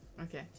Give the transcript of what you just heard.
Okay